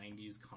90s